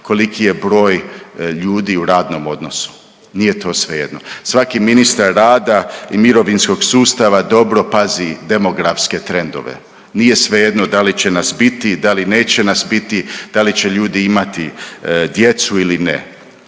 koliki je broj ljudi u radnom odnosu, nije to svejedno. Svaki ministar rada i mirovinskog sustava dobro pazi demografske trendove, nije svejedno da li će nas biti, da li neće nas biti, da li će ljudi imati djecu ili ne,